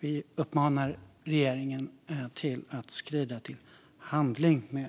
Vi uppmanar regeringen att skrida till handling med